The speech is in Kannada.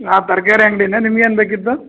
ನಾ ತರಕಾರಿ ಅಂಗಡಿನೆ ನಿಮ್ಗೇನು ಬೇಕಿತ್ತು